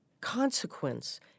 Consequence